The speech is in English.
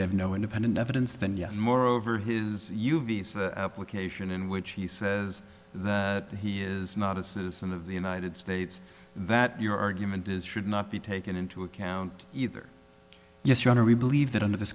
they have no independent evidence then yes moreover his you visa application in which he says that he is not a citizen of the united states that your argument is should not be taken into account either yes your honor we believe that under th